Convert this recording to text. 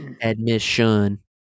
Admission